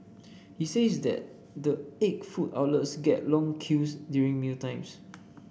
he says that the eight food outlets get long queues during mealtimes